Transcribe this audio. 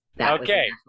Okay